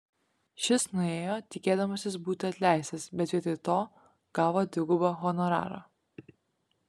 šis nuėjo tikėdamasis būti atleistas bet vietoj to gavo dvigubą honorarą